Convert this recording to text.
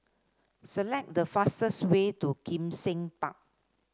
select the fastest way to Kim Seng Park